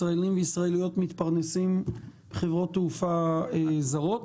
ישראלים וישראליות מתפרנסים מחברות תעופה זרות.